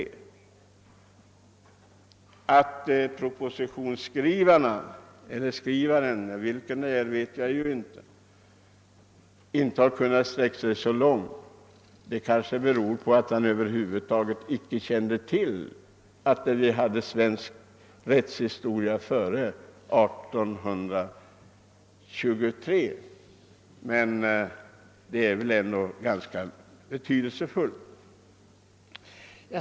Att propositionsskrivarna eller propositionsskrivaren inte kunnat sträcka sig så långt kanske beror på att man över huvud taget icke kände till att vi hade svensk rättshistoria före 1823. Det är väl ändå ganska betydelsefullt.